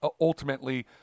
ultimately